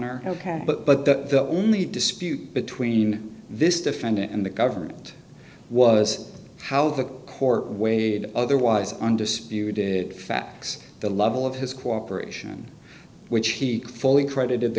or ok but but the only dispute between this defendant and the government was how the court weighed otherwise undisputed facts the level of his cooperation which he fully credited the